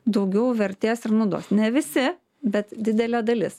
daugiau vertės ir naudos ne visi bet didelė dalis